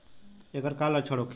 ऐकर का लक्षण होखे?